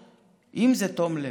אם זה תום לב,